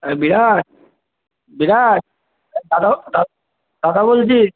এই বিরাট বিরাট হ্যালো দাদা বলছি